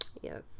yes